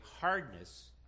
hardness